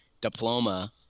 diploma